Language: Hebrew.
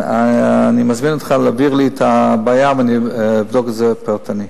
אני מזמין אותך להעביר לי את הבעיה ואני אבדוק את זה פרטנית.